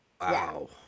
Wow